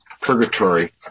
purgatory